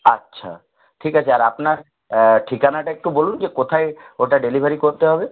আচ্ছা ঠিক আছে আর আপনার ঠিকানাটা একটু বলুন যে কোথায় ওটা ডেলিভারি করতে হবে